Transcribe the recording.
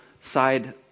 side